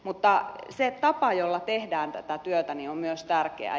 mutta se tapa jolla tehdään tätä työtä on myös tärkeä